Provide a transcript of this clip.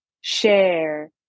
share